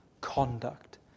conduct